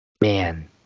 Man